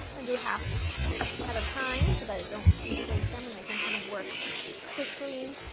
and do half at a time so that i don't deflate them and i can kind of work quickly.